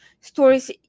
stories